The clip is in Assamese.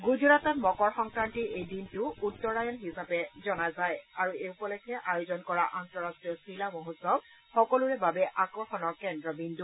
গুজৰাটত মকৰ সংক্ৰান্তিৰ এই দিনটো উত্তৰায়ণ হিচাপে জনা যায় আৰু এই উপলক্ষে আয়োজন কৰা আন্তঃৰাষ্টীয় চিলা মহোৎসৱ সকলোৰে বাবে আকৰ্ষণৰ কেন্দ্ৰবিন্দু